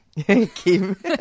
Kim